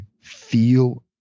feel